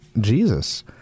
Jesus